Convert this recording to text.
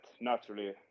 naturally